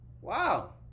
Wow